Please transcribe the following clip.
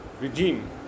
regime